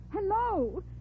Hello